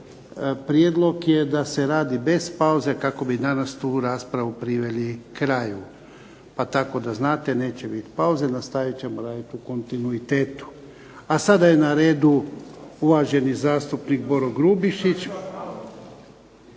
prijedlog je da se radi bez pauze kako bi danas tu raspravu priveli kraju pa tako da znate neće biti pauze, nastavit ćemo radit u kontinuitetu. A sada je na redu uvaženi zastupnik Boro Grubišić…